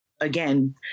again